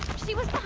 she was